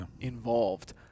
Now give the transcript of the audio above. involved